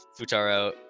Futaro